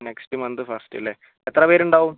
next month first അല്ലേ എത്ര പേരുണ്ടാവും